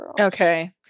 Okay